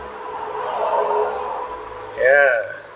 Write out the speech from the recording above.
ya